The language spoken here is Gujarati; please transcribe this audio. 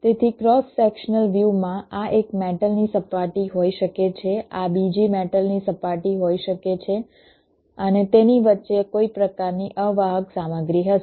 તેથી ક્રોસ સેક્શનલ વ્યુમાં આ એક મેટલની સપાટી હોઈ શકે છે આ બીજી મેટલની સપાટી હોઈ શકે છે અને તેની વચ્ચે કોઈ પ્રકારની અવાહક સામગ્રી હશે